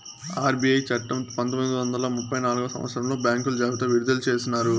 RBI చట్టము పంతొమ్మిది వందల ముప్పై నాల్గవ సంవచ్చరంలో బ్యాంకుల జాబితా విడుదల చేసినారు